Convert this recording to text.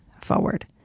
forward